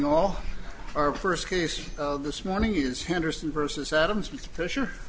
all our first case this morning is henderson versus adams fisher